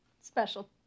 Special